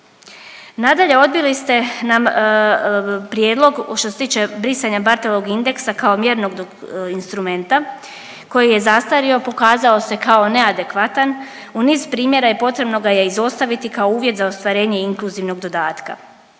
Nadalje odbili ste nam prijedlog što se tiče brisanja Bartelovog indeksa kao mjernog instrumenta koji je zastario, pokazao se kao neadekvatan. U niz primjera potrebno ga je izostaviti kao uvjet za ostvarenje inkluzivnog dodatka.